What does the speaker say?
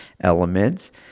elements